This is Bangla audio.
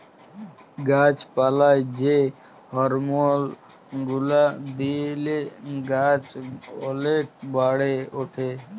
গাছ পালায় যে হরমল গুলা দিলে গাছ ওলেক বাড়ে উঠে